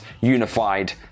unified